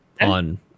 on